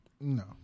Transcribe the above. no